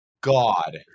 god